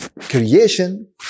creation